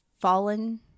fallen